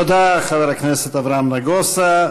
תודה, חבר הכנסת אברהם נגוסה.